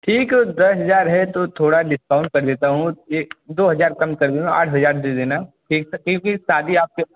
ठीक दस हज़ार है तो थोड़ा डिस्काउन्ट कर देता हूँ एक दो हज़ार कम कर देता हूँ आठ हज़ार दे देना कि क्योंकि शादी आपके